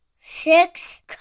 six